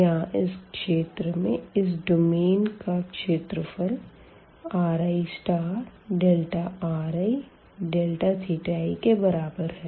यहाँ इस क्षेत्र में इस डोमेन का क्षेत्रफल ririi के बराबर है